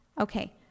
Okay